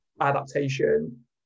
Adaptation